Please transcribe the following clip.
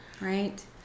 Right